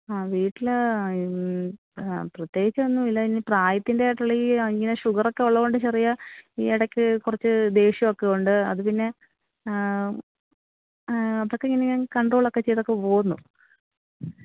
ആ വീട്ടിൽ പ്രത്യേകിച്ച് ഒന്നുമില്ല ഇനി പ്രായത്തിന്റേതായിട്ടുള്ള ഈ ഷുഗർ ഒക്കെ ഉള്ളതുകൊണ്ട് ചെറിയ ഈ ഇടയ്ക്ക് കുറച്ച് ദേഷ്യം ഒക്കെ ഉണ്ട് അത് പിന്നെ അതൊക്കെ ഇങ്ങനെ ഞാൻ ഇങ്ങനെ കൺട്രോൾ ഒക്കെ ചെയ്തൊക്കെ പോകുന്നു